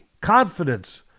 Confidence